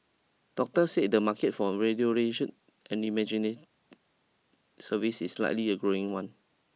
doctors say the market for and imagining services is likely a growing one